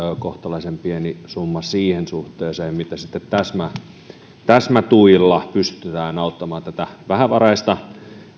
kohtalaisen pieni summa suhteessa siihen mitä sitten täsmätuilla pystytään auttamaan tätä vähävaraista